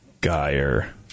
Geyer